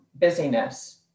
busyness